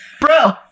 Bro